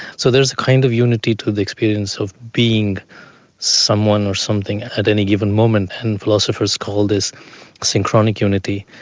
so there is a kind of unity to the experience of being someone or something at any given moment, and philosophers call this synchronic unity.